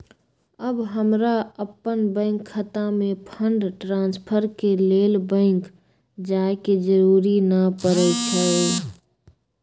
अब हमरा अप्पन बैंक खता में फंड ट्रांसफर के लेल बैंक जाय के जरूरी नऽ परै छइ